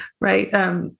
right